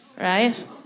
right